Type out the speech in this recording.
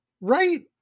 Right